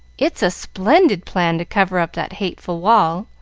it's a splendid plan to cover up that hateful wall.